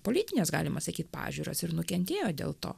politines galima sakyt pažiūras ir nukentėjo dėl to